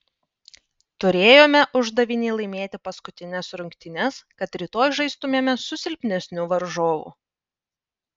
turėjome uždavinį laimėti paskutines rungtynes kad rytoj žaistumėme su silpnesniu varžovu